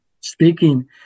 speaking